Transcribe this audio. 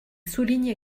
souligne